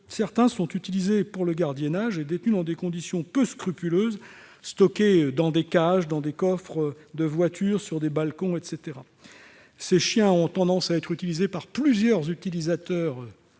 de coffre », utilisés pour le gardiennage, sont détenus dans des conditions peu scrupuleuses, stockés dans des cages, dans des coffres de voiture, sur des balcons, etc. Ces chiens ont tendance à être utilisés par plusieurs « agents